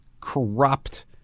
corrupt